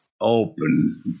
open